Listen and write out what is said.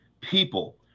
people